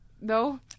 no